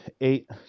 eight